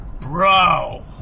Bro